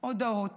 הודעות